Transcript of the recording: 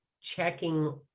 checking